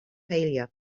failure